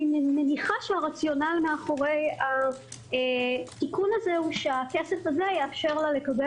אני מניחה שהרציונל מאחורי התיקון הזה הוא שהכסף הזה יאפשר לה לקבל